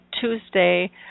Tuesday